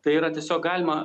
tai yra tiesiog galima